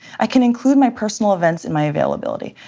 i can include my personal events in my availability.